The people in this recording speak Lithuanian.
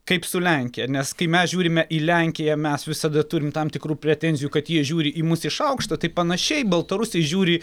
kaip su lenkija nes kai mes žiūrime į lenkiją mes visada turim tam tikrų pretenzijų kad jie žiūri į mus iš aukšto tai panašiai baltarusiai žiūri